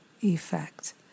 effect